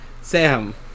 Sam